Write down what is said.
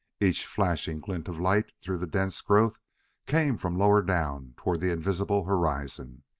each flashing glint of light through the dense growth came from lower down toward the invisible horizon.